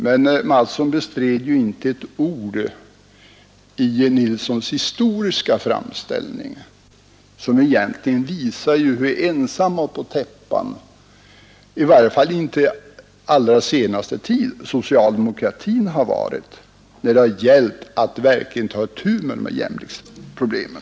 Men herr Mattsson bestred inte ett ord av herr Nilssons historieframställning, som egentligen visar hur ensamma på täppan, i varje fall intill allra senaste tid, socialdemokratin har varit när det har gällt att verkligen ta itu med jämlikhetsproblemen.